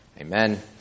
Amen